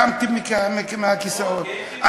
קמתם מהכיסאות.